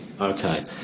Okay